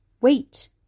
Wait